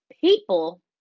People